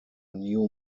new